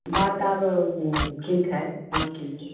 बाता अब ठीक है